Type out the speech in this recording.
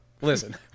listen